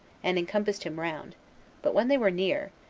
and encompassed him round but when they were near,